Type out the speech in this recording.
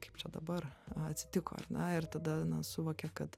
kaip čia dabar atsitiko ar ne ir tada na suvokė kad